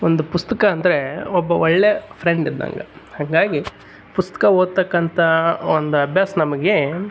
ಒಂದು ಪುಸ್ತಕ ಅಂದರೆ ಒಬ್ಬ ಒಳ್ಳೆ ಫ್ರೆಂಡ್ ಇದ್ದಂಗೆ ಹಂಗಾಗಿ ಪುಸ್ತಕ ಓದ್ತಕಂಥಾ ಒಂದು ಅಭ್ಯಾಸ ನಮಗೆ